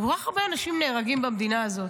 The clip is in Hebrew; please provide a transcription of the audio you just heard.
וכל כך הרבה אנשים נהרגים במדינה הזאת.